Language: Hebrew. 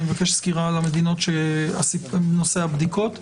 אני מבקש סקירה על נושא הבדיקות במדינות.